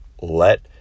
let